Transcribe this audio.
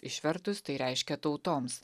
išvertus tai reiškia tautoms